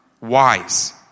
wise